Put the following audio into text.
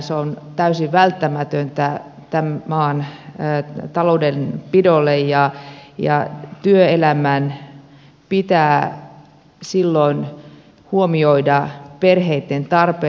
se on täysin välttämätöntä tämän maan taloudenpidolle ja työelämän pitää silloin huomioida perheitten tarpeet